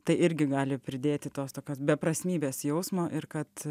tai irgi gali pridėti tos tokios beprasmybės jausmo ir kad